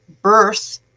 birth